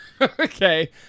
okay